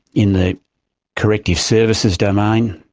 in the corrective services domain,